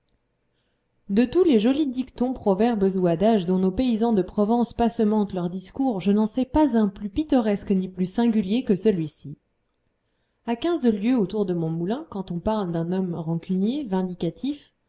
de tous les jolis dictons proverbes ou adages dont nos paysans de provence passementent leurs discours je n'en sais pas un plus pittoresque ni plus singulier que celui-ci à quinze lieues autour de mon moulin quand on parle d'un homme rancunier vindicatif